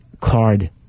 card